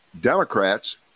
Democrats